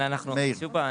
שוב פעם,